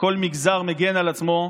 שכל מגזר מגן על עצמו.